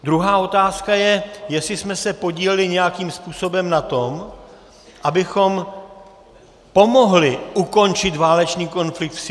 Druhá otázka je, jestli jsme se podíleli nějakým způsobem na tom, abychom pomohli ukončit válečný konflikt v Sýrii.